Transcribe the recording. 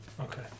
Okay